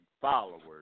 followers